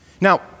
Now